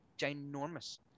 ginormous